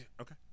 okay